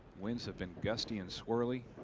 winds have been gusting in swirling